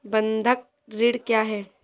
बंधक ऋण क्या है?